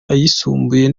ayisumbuye